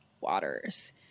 Waters